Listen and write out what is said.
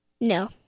No